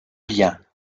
lien